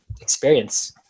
experience